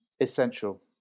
Essential